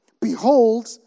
Behold